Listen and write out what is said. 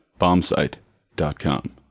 bombsite.com